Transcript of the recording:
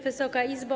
Wysoka Izbo!